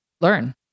learn